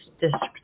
district